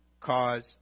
cause